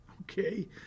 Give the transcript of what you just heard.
okay